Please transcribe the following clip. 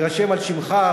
יירשם על שמך,